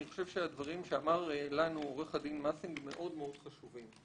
אני חושב שהדברים שאמר לנו עורך הדין מסינג מאוד-מאוד חשובים.